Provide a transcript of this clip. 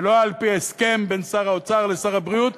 ולא על-פי הסכם בין שר האוצר לשר הבריאות,